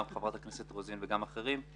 גם חברת הכנסת רוזין וגם אחרים,